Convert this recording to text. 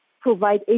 provide